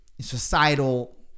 societal